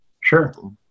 Sure